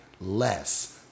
less